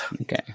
Okay